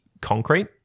concrete